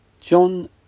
John